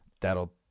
that'll